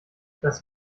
das